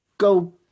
Go